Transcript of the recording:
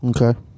Okay